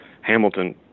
Hamilton